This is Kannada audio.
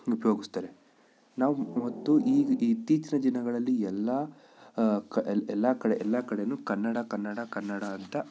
ಉಪಯೋಗಿಸ್ತಾರೆ ನಾವು ಮತ್ತು ಈಗ ಇತ್ತೀಚಿನ ದಿನಗಳಲ್ಲಿ ಎಲ್ಲ ಕ ಎಲ್ಲ ಕಡೆ ಎಲ್ಲ ಕಡೆಯೂ ಕನ್ನಡ ಕನ್ನಡ ಕನ್ನಡ ಅಂತ